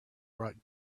brought